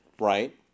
right